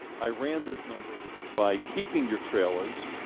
i ran this number by keeping your trailers,